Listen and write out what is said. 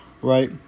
Right